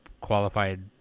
qualified